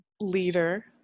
Leader